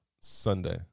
Sunday